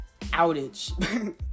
outage